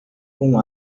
com